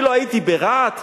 אני לא הייתי ברהט?